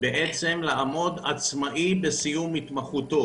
להיות עצמאי בסיום התמחותו.